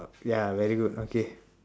ya very good okay